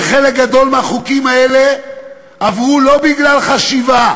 וחלק גדול מהחוקים האלה עברו לא בגלל חשיבה,